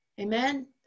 Amen